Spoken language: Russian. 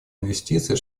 инвестиций